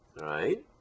right